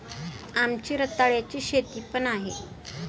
आमची रताळ्याची शेती पण आहे